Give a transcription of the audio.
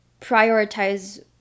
prioritize